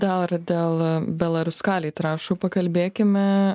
dar dėl belaruskalij trąšų pakalbėkime